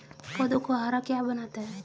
पौधों को हरा क्या बनाता है?